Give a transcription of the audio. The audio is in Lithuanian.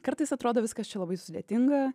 kartais atrodo viskas čia labai sudėtinga